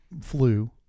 flu